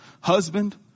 husband